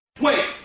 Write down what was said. Wait